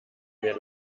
mehr